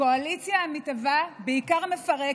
הקואליציה המתהווה בעיקר מפרקת.